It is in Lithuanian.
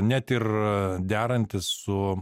net ir derantis su